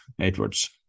Edward's